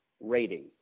rating